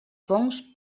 fongs